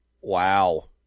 Wow